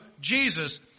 Jesus